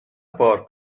پارک